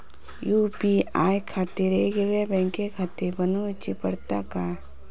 UPI खातीर येगयेगळे बँकखाते बनऊची पडतात काय?